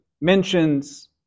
mentions